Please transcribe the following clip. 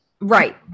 Right